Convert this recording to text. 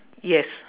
yes